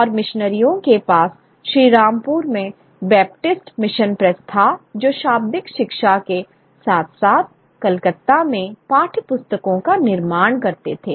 और मिशनरियों के पास श्रीरामपुर में बैपटिस्ट मिशन प्रेस था जो शाब्दिक शिक्षा के साथ साथ कलकत्ता में पाठ्यपुस्तकों का निर्माण करते थे